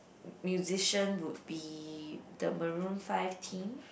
musician would be the Maroon-Five team